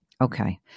Okay